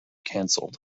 cancelled